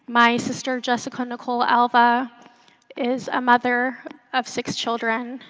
my sister jessica nicole alva is a mother of six children.